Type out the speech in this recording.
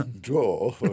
draw